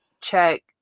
check